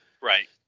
Right